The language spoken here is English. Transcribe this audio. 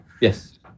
yes